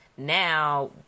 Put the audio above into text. now